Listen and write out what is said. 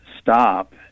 stop